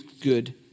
good